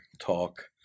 talk